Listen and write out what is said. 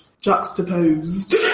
juxtaposed